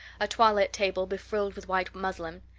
a toilet table befrilled with white muslin,